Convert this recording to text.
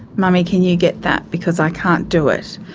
mummy can you get that, because i can't do it.